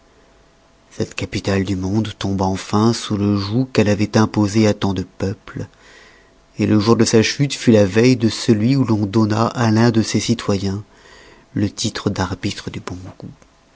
cette capitale du monde tombe enfin sous le joug qu'elle avoit imposé à tant de peuples le jour de sa chûte fut la veille de celui où l'on donna à l'un des citoyens le titre d'arbitre du bon goût